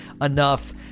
enough